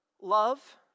Love